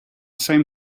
same